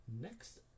next